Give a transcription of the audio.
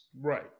Right